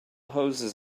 hoses